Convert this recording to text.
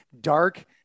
dark